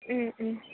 മ്മ് മ്മ്